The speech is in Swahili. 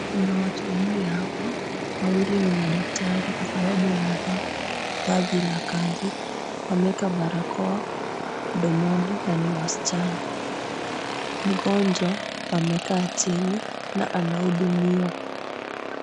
Kuna watu wanne hapa, wawili ni madaktari kwa sababu wamevaa vazi la kazi, wameeka barakoa mdomoni na ni wasichana. Mgonjwa amekaa chini na anahudumiwa.